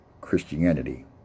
Christianity